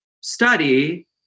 study